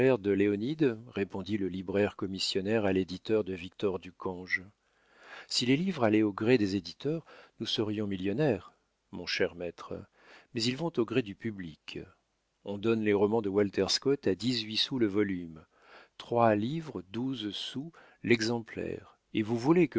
de léonide répondit le libraire commissionnaire à l'éditeur de victor ducange si les livres allaient au gré des éditeurs nous serions millionnaires mon cher maître mais ils vont au gré du public on donne les romans de walter scott à dix-huit sous le volume trois livres douze sous l'exemplaire et vous voulez